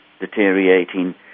deteriorating